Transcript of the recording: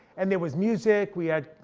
and there was music, we had,